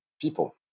people